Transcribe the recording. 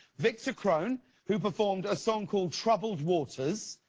victor crone who performed a song called troubled waters.